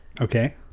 Okay